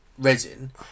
resin